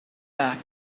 back